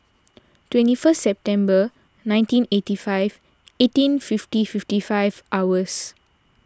twenty first September nineteen eighty five eighteen fifty fifty five hours